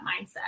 mindset